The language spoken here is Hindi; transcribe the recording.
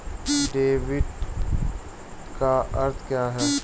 डेबिट का अर्थ क्या है?